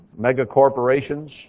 megacorporations